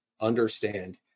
Understand